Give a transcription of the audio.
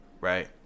Right